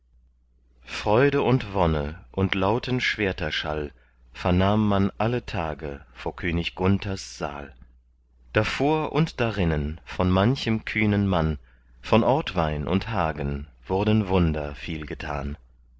freude und wonne und lauten schwerterschall vernahm man alle tage vor könig gunthers saal davor und darinnen von manchem kühnen mann von ortwein und hagen wurden wunder viel getan